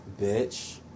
Bitch